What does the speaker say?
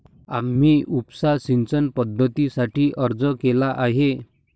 आम्ही उपसा सिंचन पद्धतीसाठी अर्ज केला आहे